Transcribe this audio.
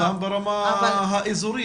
גם ברמה האזורית.